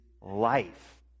life